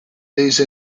these